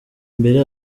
imbere